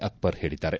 ಅಕ್ಲರ್ ಹೇಳಿದ್ದಾರೆ